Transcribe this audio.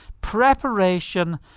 Preparation